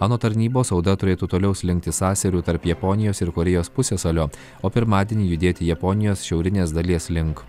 o nuo tarnybos audra turėtų toliau slinkti sąsiauriu tarp japonijos ir korėjos pusiasalio o pirmadienį judėti japonijos šiaurinės dalies link